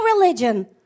religion